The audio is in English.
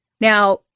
Now